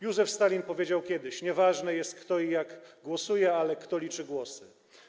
Józef Stalin powiedział kiedyś: nieważne jest, kto i jak głosuje, ale kto liczy głosy.